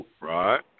Right